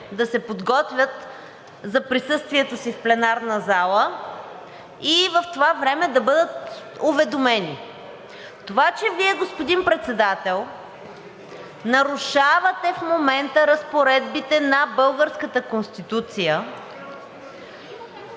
да се подготвят за присъствието си в пленарната зала и в това време да бъдат уведомени. Това, че Вие, господин Председател, нарушавате в момента разпоредбите на